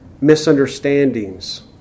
misunderstandings